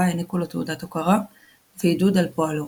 העניקו לו תעודת הוקרה ועידוד על פועלו.